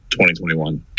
2021